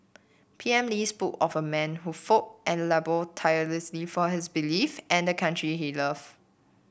P M Lee spoke of a man who fought and laboured tirelessly for his beliefs and the country he love